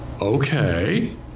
okay